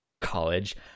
College